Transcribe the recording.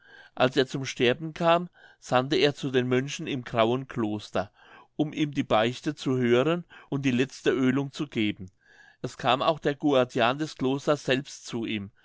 als er zum sterben kam sandte er zu den mönchen im grauen kloster um ihm die beichte zu hören und die letzte oelung zu geben es kam auch der guardian des klosters selbst zu ihm